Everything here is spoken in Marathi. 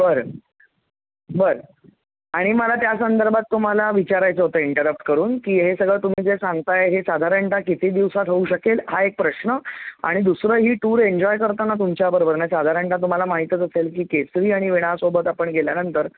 बर बर आणि मला त्या संदर्भात तुम्हाला विचारायचं होतं इंटरप्ट करून की हे सगळं तुम्ही जे सांगत आहे हे साधारणतः किती दिवसात होऊ शकेल हा एक प्रश्न आणि दुसरं ही टूर एंजॉय करताना तुमच्या बरोबर ना साधारणतः तुम्हाला माहीतच असेल की केसरी आणि वीणासोबत आपण गेल्यानंतर